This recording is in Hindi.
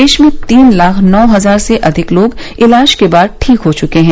देश में तीन लाख नौ हजार से अधिक लोग इलाज के बाद ठीक हो च्रके हैं